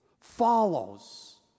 follows